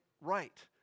right